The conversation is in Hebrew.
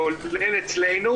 כולל אצלנו